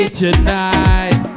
tonight